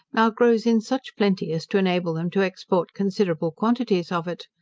now grows in such plenty as to enable them to export considerable quantities of it.